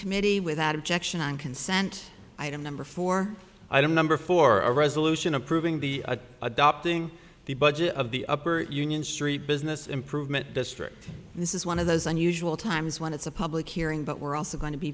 committee without objection on consent item number four i don't number for a resolution approving the adopting the budget of the upper union street business improvement district this is one of those unusual times when it's a public hearing but we're also going to be